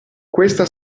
questa